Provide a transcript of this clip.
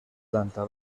planta